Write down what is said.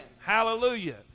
Hallelujah